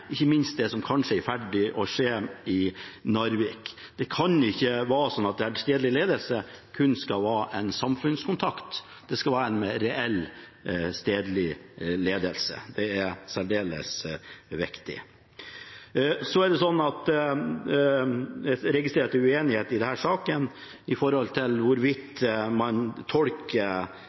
ikke minst det som kanskje er i ferd med å skje i Narvik. Det kan ikke være sånn at en stedlig ledelse kun skal være en samfunnskontakt. Det skal være en reell stedlig ledelse. Det er særdeles viktig. Jeg registrerer at det er uenighet i denne saken med tanke på hvorvidt man tolker